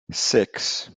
six